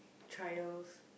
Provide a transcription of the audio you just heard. trials